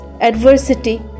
adversity